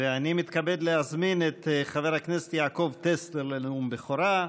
אני מתכבד להזמין את חבר הכנסת יעקב טסלר לנאום בכורה.